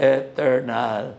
eternal